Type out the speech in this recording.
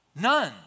None